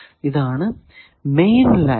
ഇതാണ് main line